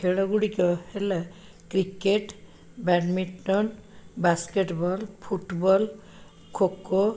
ଖେଳ ଗୁଡ଼ିକ ହେଲା cricket badminton basketball football kho kho